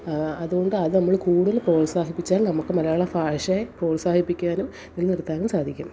അതുകൊണ്ട് അതു നമ്മൾ കൂടുതൽ പ്രോത്സാഹിപ്പിച്ചാൽ നമുക്ക് മലയാള ഭാഷയെ പ്രോത്സാഹിപ്പിക്കാനും നിലനിർത്താനും സാധിക്കും